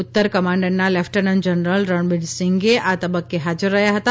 ઉત્તર કમાન્ડના lieutenant general રણબીરસિંઘે આ તબક્કે હાજર રહ્યા હતા